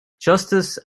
justice